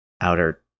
outer